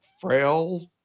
frail